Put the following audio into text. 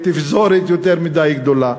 בתפזורת יותר מדי גדולה.